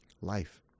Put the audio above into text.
Life